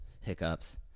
hiccups